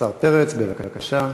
השר פרץ, בבקשה.